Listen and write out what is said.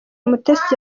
mutesi